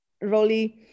Rolly